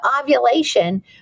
ovulation